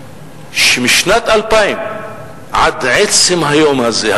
משנת 2000 עד עצם היום הזה,